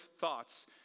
thoughts